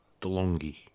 DeLonghi